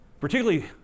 Particularly